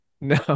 No